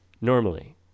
normally